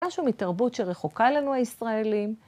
משהו מתרבות שרחוקה לנו הישראלים.